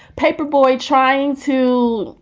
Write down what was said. paper boy trying to,